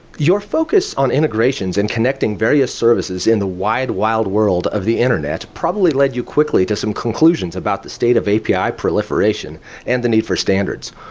you're focused on integrations and connecting various services in the wild-wild-world of the internet, probably led you quickly to some conclusions about the state of api proliferation and the need for standards.